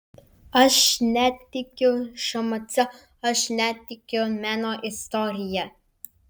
aš netikiu šmc aš netikiu meno istorija